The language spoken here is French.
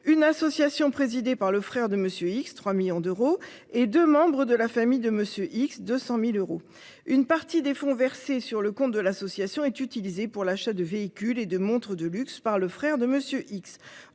une association présidée par le frère de Monsieur X 3 millions d'euros et de membres de la famille de Monsieur X 200.000 euros une partie des fonds versés sur le compte de l'association est utilisée pour l'achat de véhicules et de montres de luxe par le frère de Monsieur X,